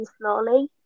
slowly